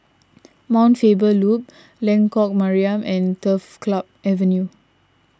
Mount Faber Loop Lengkok Mariam and Turf Club Avenue